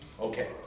Okay